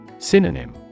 Synonym